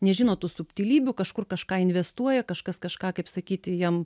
nežino tų subtilybių kažkur kažką investuoja kažkas kažką kaip sakyti jam